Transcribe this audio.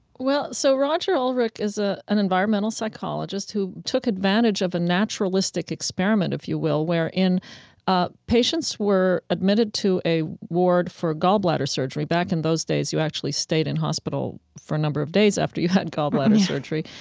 well, so roger ulrich is ah an environmental psychologist who took advantage of a naturalistic experiment, if you will, where in ah patients were admitted to a ward for gallbladder surgery. back in those days, you actually stayed in hospital for a number of days after you had gallbladder surgery.